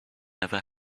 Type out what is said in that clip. never